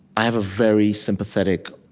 i have a very sympathetic,